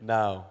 Now